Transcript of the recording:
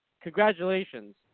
Congratulations